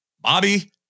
Bobby